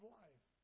life